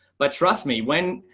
but trust me, when,